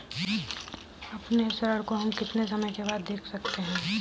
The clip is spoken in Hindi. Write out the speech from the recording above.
अपने ऋण को हम कितने समय बाद दे सकते हैं?